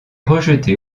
rejetée